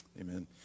amen